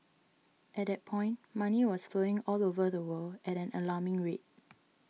at that point money was flowing all over the world at an alarming rate